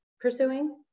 pursuing